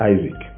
Isaac